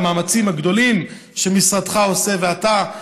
על המאמצים הגדולים שמשרדך ואתה עושים,